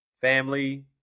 Family